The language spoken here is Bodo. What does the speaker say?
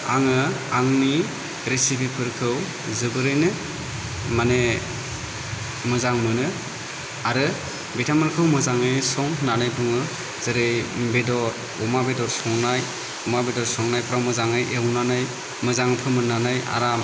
आङो आंनि रेसिपिफोरखौ जोबोरैनो माने मोजां मोनो आरो बिथांमोनखौ मोजांयैनो सं होननानै बुङो जेरै बेदर अमा बेदर संनाय अमा बेदर संनायफोराव मोजांङै एवनानै मोजां फोमोननानै आराम